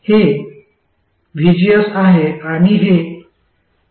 हे vgs आहे आणि हे gmvgs आहे